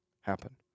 happen